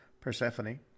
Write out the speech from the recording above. Persephone